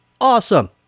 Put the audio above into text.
awesome